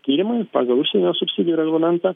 tyrimai pagal užsienio subsidijų reglamentą